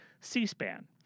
C-SPAN